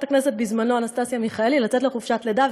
הכנסת בזמנו אנסטסיה מיכאלי לצאת לחופשת לידה,